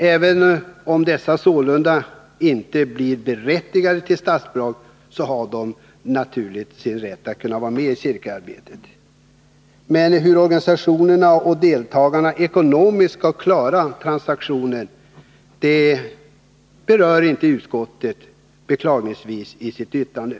Även om deltagare under 14 år sålunda inte blir berättigade till statsbidrag, så har de ändå rätt att vara med i cirkelarbetet. Men hur organisationerna och deltagarna ekonomiskt skall klara transaktionen berör utskottet beklagligtvis inte i sitt betänkande.